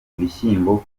ibishyimbo